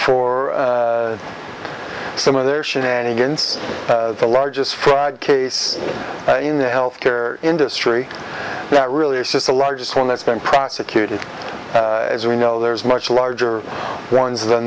for some of their shenanigans the largest fried case in the health care industry that really is just the largest one that's been prosecuted as we know there's much larger ones